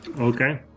Okay